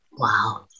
Wow